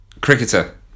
Cricketer